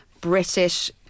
British